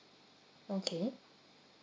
okay